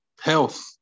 health